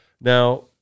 Now